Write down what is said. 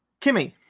Kimmy